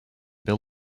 bill